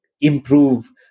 improve